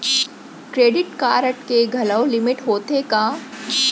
Credit card के घलव limit होथे का?